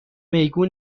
میگو